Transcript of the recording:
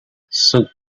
sucre